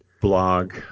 blog